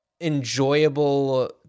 enjoyable